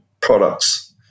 products